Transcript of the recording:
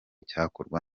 cyakorwa